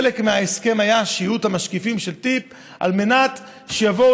חלק מההסכם היה שיהיו המשקיפים של טי"פ על מנת שיבואו